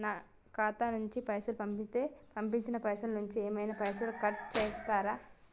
నా ఖాతా నుండి పైసలు పంపుతే పంపిన పైసల నుంచి ఏమైనా పైసలు కట్ చేత్తరా?